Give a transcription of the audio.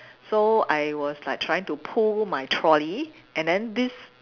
so I was like trying to pull my trolley and then this